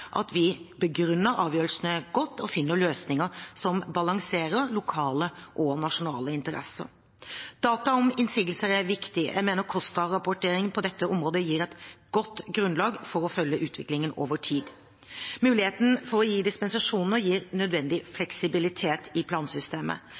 at vi begrunner avgjørelsene godt og finner løsninger som balanserer lokale og nasjonale interesser. Data om innsigelser er viktig. Jeg mener KOSTRA-rapporteringen på dette området gir et godt grunnlag for å følge utviklingen over tid. Mulighetene for å gi dispensasjon gir nødvendig